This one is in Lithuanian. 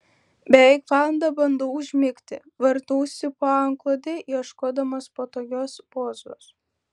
beveik valandą bandau užmigti vartausi po antklode ieškodamas patogios pozos